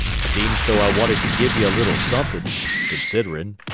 seem s though i wanted to give ye a little suthin' considerin.